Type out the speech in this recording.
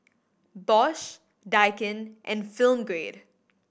Bosch Daikin and Film Grade